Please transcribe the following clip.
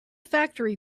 factory